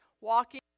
walking